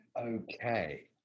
okay